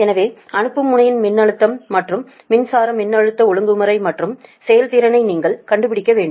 எனவே அனுப்பும் முனையில் மின்னழுத்தம் மற்றும் மின்சாரம் மின்னழுத்த ஒழுங்குமுறை மற்றும் செயல்திறனை நீங்கள் கண்டுபிடிக்க வேண்டும்